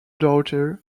daughter